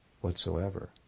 whatsoever